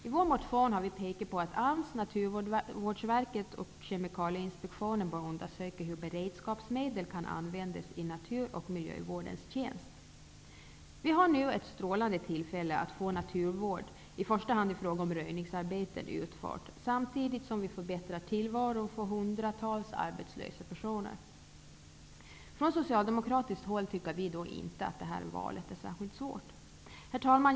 I vår motion har vi pekat på att AMS, Naturvårdsverket och Kemikalieinspektionen bör undersöka hur beredskapsmedel kan användas i natur och miljövårdens tjänst. Vi har nu ett strålande tillfälle att få naturvård -- i första hand i fråga om röjningsarbeten -- utfört, samtidigt som vi förbättrar tillvaron för hundratals arbetslösa personer. Från socialdemokratiskt håll tycker vi inte att valet är särskilt svårt. Herr talman!